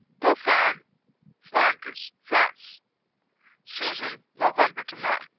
dauphin flanders, france season, november to may.